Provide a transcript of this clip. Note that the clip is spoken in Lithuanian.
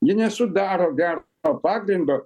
jie nesudaro gero pagrindo